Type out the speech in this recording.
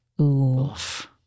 Oof